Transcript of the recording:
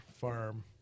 farm